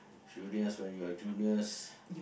juniors when you're juniors